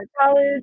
college